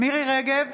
מירי מרים רגב,